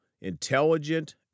intelligent